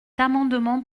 amendement